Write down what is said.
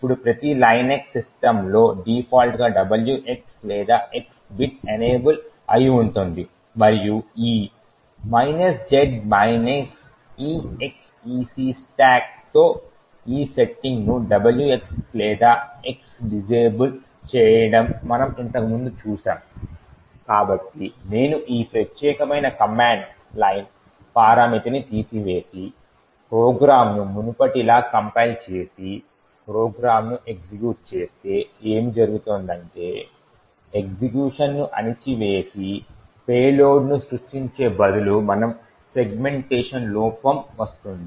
ఇప్పుడు ప్రతి లైనక్స్ సిస్టమ్లో డిఫాల్ట్గా WX లేదా X బిట్ ఎనేబుల్ అయిఉంటుంది మరియు ఈ z execstack తో ఈ సెట్టింగ్ను WX లేదా X డిసేబుల్ చెయ్యడం మనం ఇంతకుముందు చేసాము కాబట్టి నేను ఈ ప్రత్యేకమైన కమాండ్ లైన్ పరామితిని తీసివేసి ప్రోగ్రామ్ను మునుపటిలా కంపైల్ చేసి ప్రోగ్రామ్ను ఎగ్జిక్యూట్ చేస్తే ఏమి జరుగుతుందంటే ఎగ్జిక్యూషన్ ను అణచివేసి పేలోడ్ను సృష్టించే బదులు మనకు సెగ్మెంటేషన్ లోపం వస్తుంది